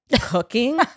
Cooking